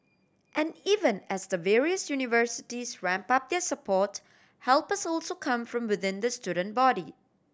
and even as the various universities ramp up their support help has also come from within the student body